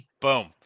boom